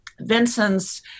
vincent's